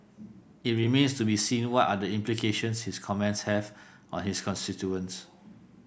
it remains to be seen what are the implications his comments have on his constituents